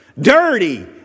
dirty